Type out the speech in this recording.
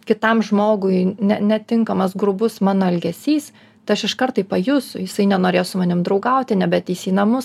kitam žmogui ne netinkamas grubus mano elgesys tai aš iškart tai pajusiu jisai nenorės su manim draugauti nebeateis į namus